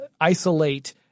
isolate